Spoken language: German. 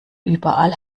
überall